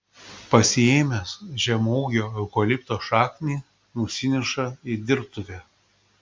pasiėmęs žemaūgio eukalipto šaknį nusineša į dirbtuvę